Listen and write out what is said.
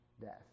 death